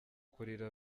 kurira